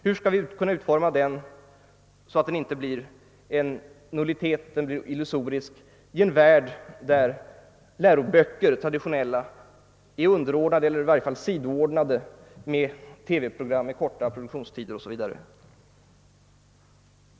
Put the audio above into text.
Hur skall vi kunna utforma denna verksamhet så att den inte blir en nullitet eller illusorisk i en värld, där traditionella läroböcker är underordnade eller i varje fall sidoordnade TV-program med korta produktionstider o. s. v.?